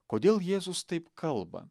kodėl jėzus taip kalba